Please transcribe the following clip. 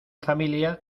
familia